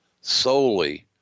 solely